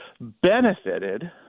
benefited